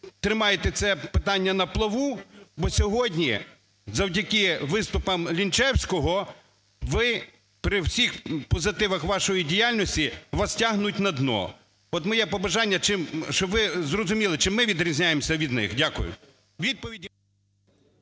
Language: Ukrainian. тримаєте це питання на плаву, бо сьогодні завдяки виступам Лінчевського ви при всіх позитивах вашої діяльності вас тягнуть на дно. От моє побажання, щоб ви зрозуміли, чим ми відрізняємося від них. Дякую.